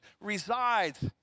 resides